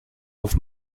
auf